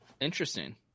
Interesting